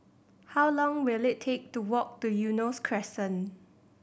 how long will it take to walk to Eunos Crescent